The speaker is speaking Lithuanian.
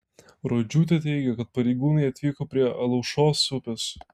rodžiūtė teigia kad pareigūnai atvyko prie alaušos upės